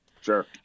Sure